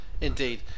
Indeed